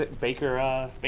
Baker